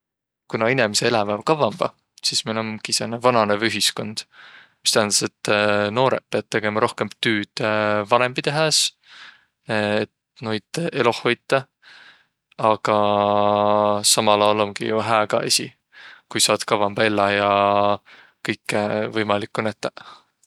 Kuna inemiseq eläväq kavvampa, sis meil umgi sääne vananõv ühiskund, mis tähendäs, et noorõq piät tegemä rohkõmb tüüd vanõmbidõ hääs, et näid eloh hoitaq. Aga samal aol om ka hää joq esiq, ku saat kavvampa elläq ja kõkkõ võimalikku nätäq.